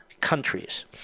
countries